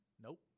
Nope